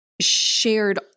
shared